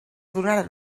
donaren